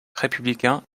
républicain